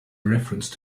reference